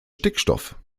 stickstoff